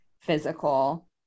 physical